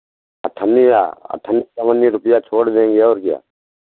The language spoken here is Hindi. अठन्नी आ अठ अठन्नी चौवन्नी रुपैया छोड़ देंगे और क्या